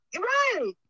Right